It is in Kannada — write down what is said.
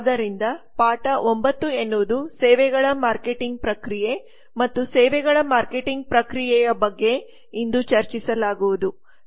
ಆದ್ದರಿಂದ ಪಾಠ 9 ಎನ್ನುವುದು ಸೇವೆಗಳ ಮಾರ್ಕೆಟಿಂಗ್ ಪ್ರಕ್ರಿಯೆ ಮತ್ತು ಸೇವೆಗಳ ಮಾರ್ಕೆಟಿಂಗ್ ಪ್ರಕ್ರಿಯೆಯ ಬಗ್ಗೆ ಇಂದು ಚರ್ಚಿಸಲಾಗುವುದು